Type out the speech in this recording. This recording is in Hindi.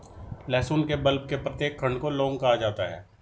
लहसुन के बल्ब के प्रत्येक खंड को लौंग कहा जाता है